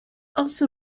also